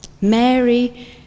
Mary